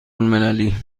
المللی